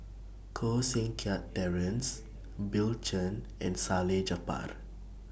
Koh Seng Kiat Terence Bill Chen and Salleh Japar